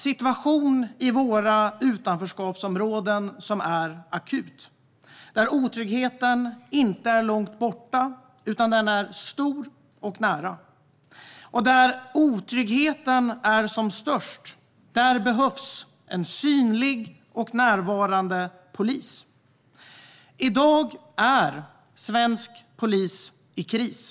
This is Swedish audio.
Situationen i utanförskapsområdena är akut. Otryggheten är inte långt borta; den är stor och nära. Där otryggheten är som störst behövs en synlig och närvarande polis. I dag är svensk polis i kris.